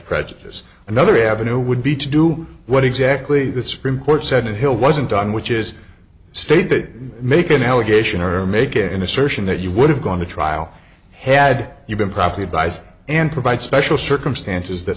prejudice another avenue would be to do what exactly the supreme court said the hill wasn't done which is state that make an allegation or make an assertion that you would have gone to trial had you been properly advised and provide special circumstances th